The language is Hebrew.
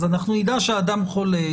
אז אנחנו נדע שאדם חולה,